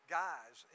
guys